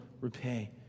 repay